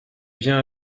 viens